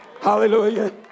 Hallelujah